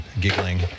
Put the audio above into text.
giggling